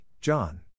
John